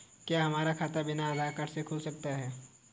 क्या हमारा खाता बिना आधार कार्ड के खुल सकता है?